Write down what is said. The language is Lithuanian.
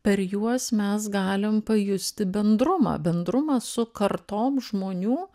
per juos mes galim pajusti bendrumą bendrumą su kartom žmonių